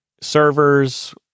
servers